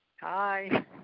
Hi